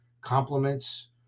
compliments